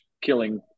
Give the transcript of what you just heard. killing